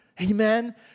Amen